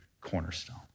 cornerstone